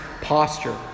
posture